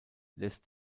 lässt